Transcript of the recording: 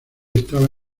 estaba